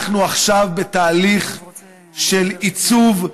אנחנו עכשיו בתהליך של עיצוב,